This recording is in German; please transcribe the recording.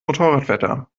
motorradwetter